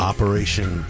Operation